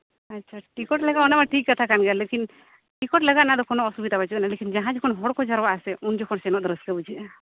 ᱟᱪᱪᱷᱟ ᱴᱤᱠᱤᱴ ᱞᱟᱜᱟᱜᱼᱟ ᱚᱱᱟᱢᱟ ᱴᱷᱤᱠ ᱠᱟᱛᱷᱟ ᱠᱟᱱᱜᱮᱭᱟ ᱞᱤᱠᱤᱱ ᱴᱤᱠᱤᱴ ᱞᱟᱜᱟᱜᱼᱟ ᱚᱱᱟᱫᱚ ᱠᱳᱱᱳ ᱚᱥᱩᱵᱤᱫᱟ ᱵᱟᱪᱩᱜᱼᱟᱱᱤᱡᱽ ᱞᱮᱠᱤᱱ ᱡᱟᱦᱟᱸ ᱡᱚᱠᱷᱚᱱ ᱦᱚᱲ ᱠᱚ ᱡᱟᱨᱣᱟᱜᱟ ᱥᱮ ᱩᱱ ᱡᱚᱠᱷᱚᱱ ᱥᱮᱱᱚᱜ ᱫᱚ ᱨᱟᱹᱥᱠᱟᱹ ᱵᱩᱡᱷᱟᱹᱜᱼᱟ